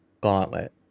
gauntlet